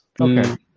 Okay